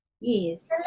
Yes